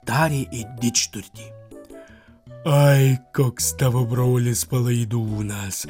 tarė į didžturtį ai koks tavo brolis palaidūnas